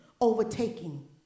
overtaking